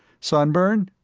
sunburn?